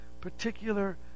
particular